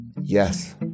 Yes